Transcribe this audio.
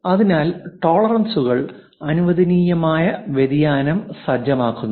അതിനാൽ ടോളറൻസുകൾ അനുവദനീയമായ വ്യതിയാനം സജ്ജമാക്കുന്നു